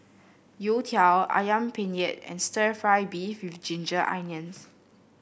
youtiao ayam penyet and stir fry beef with Ginger Onions